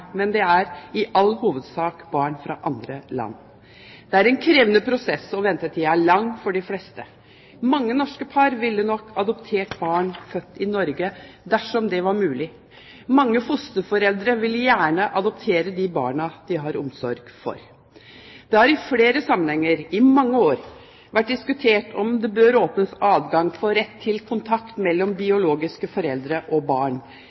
men det er i all hovedsak barn fra andre land. Det er en krevende prosess, og ventetiden er lang for de fleste. Mange norske par ville nok adoptert barn født i Norge dersom det var mulig. Mange fosterforeldre ville gjerne adoptere de barna de har omsorg for. Det har i flere sammenhenger og i mange år vært diskutert om det bør åpnes adgang for rett til kontakt mellom biologiske foreldre og barn